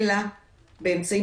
ובאמת,